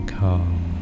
calm